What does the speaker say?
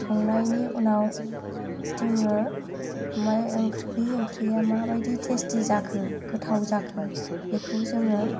संनायनि उनाव जोङो बे ओंख्रिया माबायदि टेस्टि जाखो गोथाव जाखो बेखौ जोङो